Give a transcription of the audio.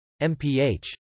MPH